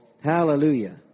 Hallelujah